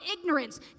ignorance